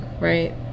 right